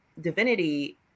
divinity